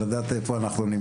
לדעת איפה אנחנו נמצאים.